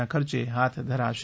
ના ખર્ચે હાથ ધરાશે